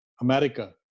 America